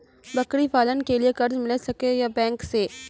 बकरी पालन के लिए कर्ज मिल सके या बैंक से?